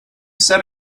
said